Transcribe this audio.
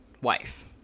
wife